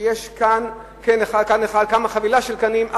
כשיש חבילה של קנים,